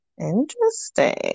Interesting